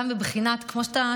גם בבחינת, כמו שאתה ציינת,